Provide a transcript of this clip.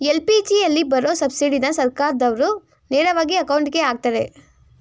ಎಲ್.ಪಿ.ಜಿಯಲ್ಲಿ ಬರೋ ಸಬ್ಸಿಡಿನ ಸರ್ಕಾರ್ದಾವ್ರು ನೇರವಾಗಿ ಅಕೌಂಟ್ಗೆ ಅಕ್ತರೆ